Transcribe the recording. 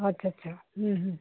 ਅੱਛਾ ਅੱਛਾ